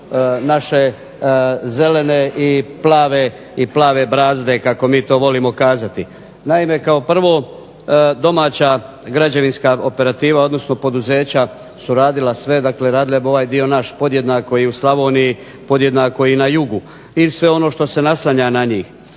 naše zelene i plave brazde kako mi to volimo kazati. Naime kao prvo domaća građevinska operativa, odnosno poduzeća su radila sve, dakle radila bi ovaj dio naš podjednako i u Slavoniji, podjednako i na jugu, i sve ono što se naslanja na njih.